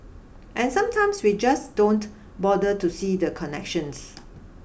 and sometimes we just don't bother to see the connections